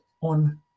on